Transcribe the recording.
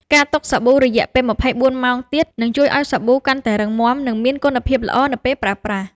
ការទុកសាប៊ូ រយៈពេល ២៤ ម៉ោងទៀត នឹងជួយឱ្យសាប៊ូកាន់តែរឹងមាំ និងមានគុណភាពល្អនៅពេលប្រើប្រាស់។